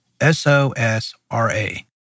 S-O-S-R-A